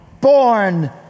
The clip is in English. born